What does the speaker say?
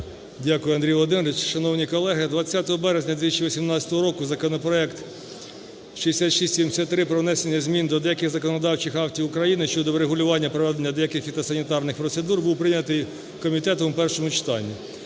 Дякую, Андрій Володимирович. Шановні колеги, 20 березня 2018 року законопроект 6673 про внесення змін до деяких законодавчих актів України щодо врегулювання проведення деяких фітосанітарних процедур був прийнятий комітетом у першому читанні.